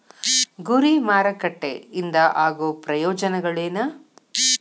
ಗುರಿ ಮಾರಕಟ್ಟೆ ಇಂದ ಆಗೋ ಪ್ರಯೋಜನಗಳೇನ